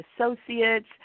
associates